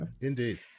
Indeed